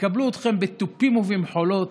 והיא תועבר,